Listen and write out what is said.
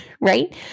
right